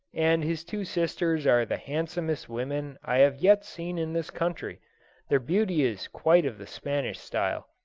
and his two sisters are the handsomest women i have yet seen in this country their beauty is quite of the spanish style.